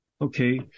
Okay